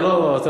אתה לא אויב.